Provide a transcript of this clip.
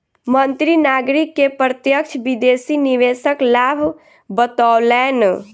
मंत्री नागरिक के प्रत्यक्ष विदेशी निवेशक लाभ बतौलैन